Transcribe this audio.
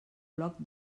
bloc